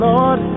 Lord